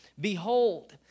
Behold